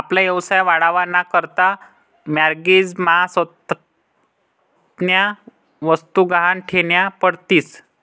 आपला व्यवसाय वाढावा ना करता माॅरगेज मा स्वतःन्या वस्तु गहाण ठेवन्या पडतीस